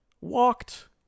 walked